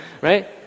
right